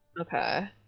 okay